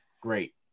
great